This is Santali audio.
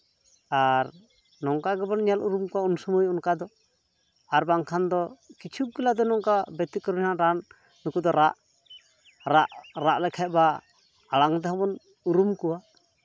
ᱟᱨ ᱱᱚᱝᱠᱟ ᱜᱮᱵᱚᱱ ᱧᱮᱞ ᱩᱨᱩᱢ ᱠᱚᱣᱟ ᱩᱱ ᱥᱚᱢᱚᱭ ᱚᱱᱠᱟᱫᱚ ᱟᱨ ᱵᱟᱝᱠᱷᱟᱱ ᱫᱚ ᱠᱤᱪᱷᱩ ᱜᱩᱞᱟ ᱫᱚ ᱱᱚᱝ ᱠᱟ ᱵᱮᱛᱚᱠᱨᱚᱢ ᱨᱟᱱ ᱱᱩᱠᱩ ᱫᱚ ᱨᱟᱜ ᱨᱟᱜ ᱨᱟᱜ ᱞᱮᱠᱷᱟᱡ ᱵᱟ ᱟᱲᱟᱝ ᱛᱮᱦᱚᱸ ᱵᱚᱱ ᱩᱨᱩᱢ ᱠᱚᱣᱟ